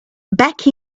back